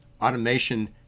Automation